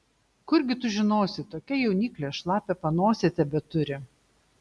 kurgi tu žinosi tokia jauniklė šlapią panosę tebeturi